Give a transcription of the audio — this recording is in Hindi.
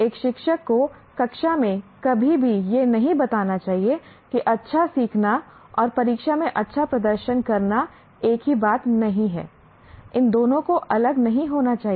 एक शिक्षक को कक्षा में कभी भी यह नहीं बताना चाहिए कि अच्छा सीखना और परीक्षा में अच्छा प्रदर्शन करना एक ही बात नहीं है इन दोनों को अलग नहीं होना चाहिए